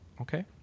okay